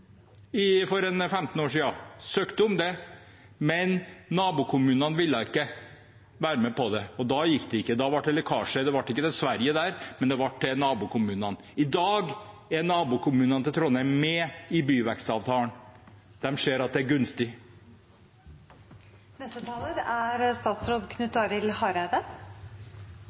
for en 15 års tid siden, søkte om det, men nabokommunene ville ikke være med på det. Da gikk det ikke, da ble det lekkasje – der ble det ikke lekkasje til Sverige, men til nabokommunene. I dag er nabokommunene til Trondheim med i byvekstavtalen. De ser at det er gunstig. Eg er